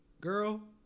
girl